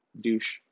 douche